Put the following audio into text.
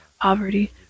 poverty